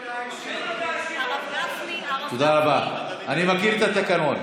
אני מכיר את התקנון.